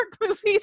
movies